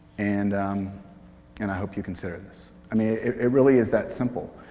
and um and i hope you consider this. i mean, it really is that simple.